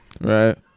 Right